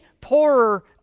poorer